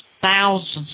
thousands